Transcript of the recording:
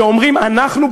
שאומרים: אנחנו,